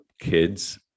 kids